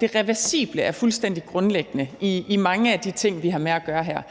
det reversible er fuldstændig grundlæggende i mange af de ting, vi har med at gøre her.